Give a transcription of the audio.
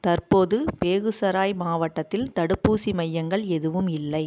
தற்போது பேகுசராய் மாவட்டத்தில் தடுப்பூசி மையங்கள் எதுவும் இல்லை